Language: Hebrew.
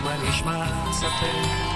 (שילוב תלמידי ישיבות), התשפ"ב